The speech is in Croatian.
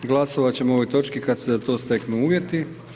Glasovat ćemo ovoj točki kad se za to steknu uvjeti.